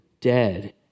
dead